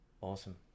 Awesome